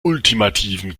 ultimativen